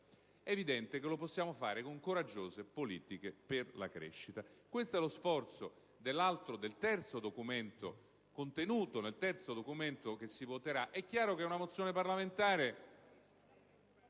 È evidente che lo si può fare con coraggiose politiche per la crescita. Questo è lo sforzo che si evince nel terzo documento che si voterà. È chiaro che una mozione parlamentare